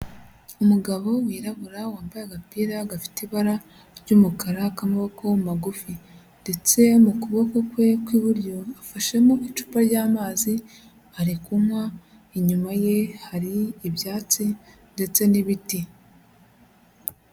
Umugabo wirabura wambaye agapira gafite ibara ry'umukara k'amaboko magufi, ndetse mu kuboko kwe kw'iburyo afashemo icupa ry'amazi, arirekunywa, inyuma ye hari ibyatsi ndetse n'ibiti.